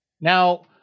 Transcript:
Now